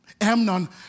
Amnon